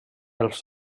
els